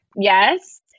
Yes